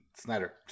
Snyder